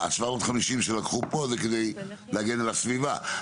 ה-750 שלקחו פה זה כדי להגן על הסביבה.